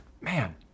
man